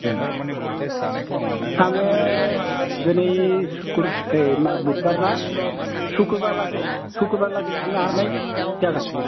आङो दिनै बुदबार ना सुखुरबारलागै सुखुरबारलागै थांनो हानाय जागोन